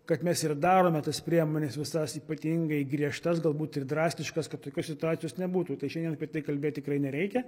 kad mes ir darome tas priemones visas ypatingai griežtas galbūt ir drastiškas kad tokios situacijos nebūtų tai šiandien apie tai kalbėt tikrai nereikia